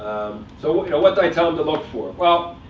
so you know what do i tell them to look for? well,